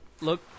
look